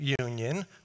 union